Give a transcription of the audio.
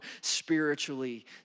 spiritually